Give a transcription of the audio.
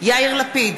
יאיר לפיד,